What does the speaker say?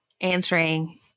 answering